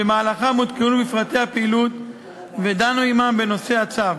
ובמהלכן הם עודכנו בפרטי הפעילות ודנו עמם בנושא הצו.